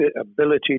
ability